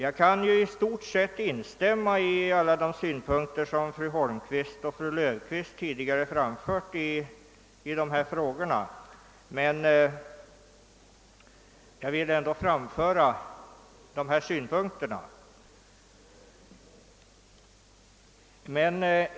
Jag kan i stort sett instämma i alla de synpunkter som fru Holmqvist och fru Löfqvist tidigare framfört i denna fråga, men jag vill ändå framföra några synpunkter i detta sammanhang.